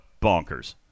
bonkers